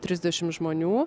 trisdešimt žmonių